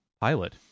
pilot